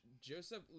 Joseph